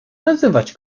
nazywać